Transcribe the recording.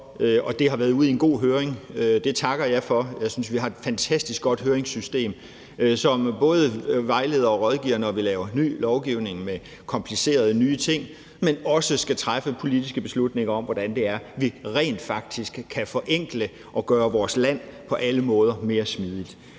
og det har været ude i en god høring. Det takker jeg for. Jeg synes, vi har et fantastisk godt høringssystem, som både vejleder og rådgiver, når vi laver ny lovgivning med komplicerede nye ting, men også når vi skal træffe politiske beslutninger om, hvordan det er, vi rent faktisk kan forenkle og gøre vores land på alle måder mere smidigt.